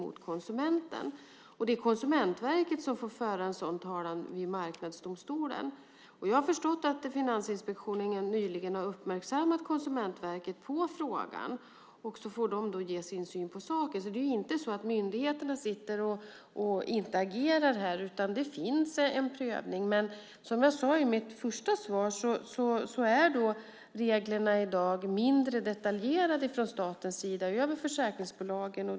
Det är Konsumentverket som får föra en sådan talan i Marknadsdomstolen. Jag har förstått att Finansinspektionen nyligen har uppmärksammat Konsumentverket på frågan, och det får ge sin syn på saken. Det är inte så att myndigheterna inte agerar. Det finns en prövning. Som jag sade i mitt första svar är reglerna för försäkringsbolagen i dag mindre detaljerade från statens sida.